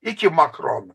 iki makrono